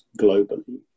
globally